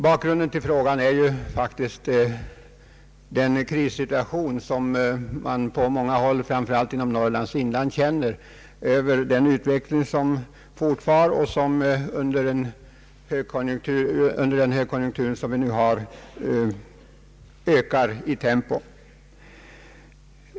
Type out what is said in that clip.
Bakgrunden till frågan är faktiskt den krissituation, som på många håll — framför allt inom Norrlands inland — råder och den utveckling som fortfarande pågår och som under den högkonjunktur vi nu har ökar i tempo.